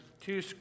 two